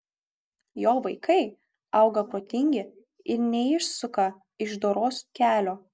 jo vaikai auga protingi ir neišsuka iš doros kelio